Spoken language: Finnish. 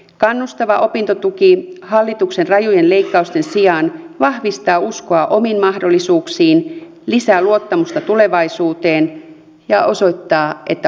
kannustava opintotuki hallituksen rajujen leikkausten sijaan vahvistaa uskoa omiin mahdollisuuksiin lisää luottamusta tulevaisuuteen ja osoittaa että opiskelu kannattaa